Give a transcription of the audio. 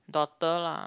daughter lah